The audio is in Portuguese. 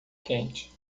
quente